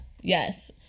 Yes